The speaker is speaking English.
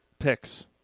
Picks